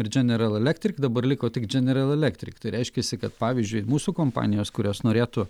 ir general electric dabar liko tik general electric tai reiškiasi kad pavyzdžiui mūsų kompanijos kurios norėtų